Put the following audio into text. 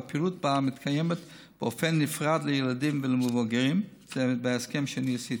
והפעילות בה מתקיימת באופן נפרד לילדים ולמבוגרים בהסכם שאני עשיתי.